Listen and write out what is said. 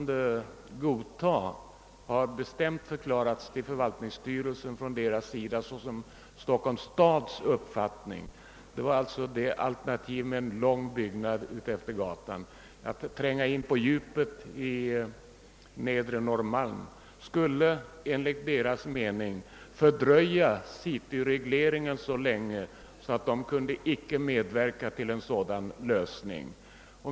Det har till förvaltningskontorets styrelse från deras sida bestämt förklarats såsom Stockholms stads uppfattning, att det enda staden kunde godtaga vore alternativet med en lång byggnad utefter gatan. Att tränga in på djupet i Nedre Norrmalm skulle enligt deras mening fördröja cityregleringen så länge att de icke kunde medverka till en sådan lösning.